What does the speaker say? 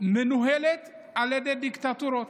מנוהלת על ידי דיקטטורות,